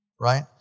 right